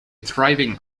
thriving